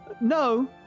no